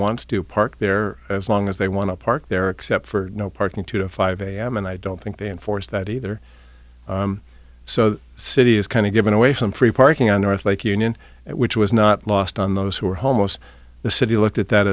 wants to park there as long as they want to park there except for no parking two to five am and i don't think they enforce that either so the city is kind of giving away some free parking on earth like union which was not lost on those who are homeless the city looked at that